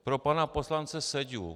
Pro pana poslance Seďu.